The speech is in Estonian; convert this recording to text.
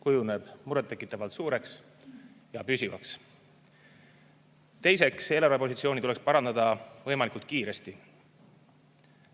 kujuneb murettekitavalt suureks ja püsivaks. Teiseks, eelarvepositsiooni tuleks parandada võimalikult kiiresti.